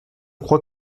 crois